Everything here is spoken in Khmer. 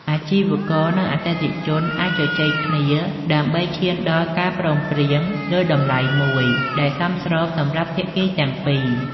អាជីវករនិងអតិថិជនអាចជជែកគ្នាដើម្បីឈានដល់ការព្រមព្រៀងលើតម្លៃមួយដែលសមស្របសម្រាប់ភាគីទាំងពីរ។